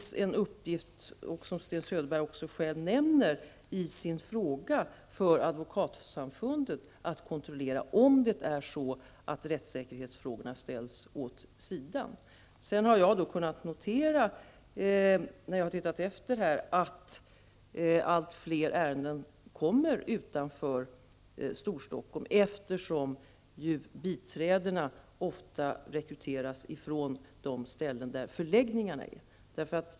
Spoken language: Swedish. Som Sten Söderberg själv nämner i sin fråga, är det en uppgift för Advokatsamfundet att kontrollera om det är så att frågorna om rättssäkerhet ställs åt sidan. Jag har kunnat notera att fler ärenden hanteras utanför Stockholm. Biträdena rekryteras ofta från de platser där förläggningarna finns.